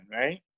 right